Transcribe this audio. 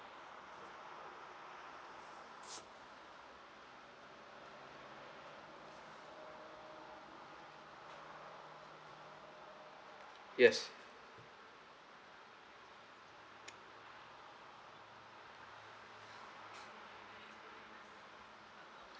yes